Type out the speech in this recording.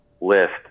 list